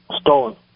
stolen